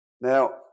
Now